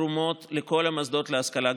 בתרומות לכל המוסדות להשכלה גבוהה,